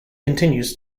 continues